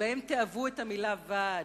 שבהם תיעבו את המלה ועד,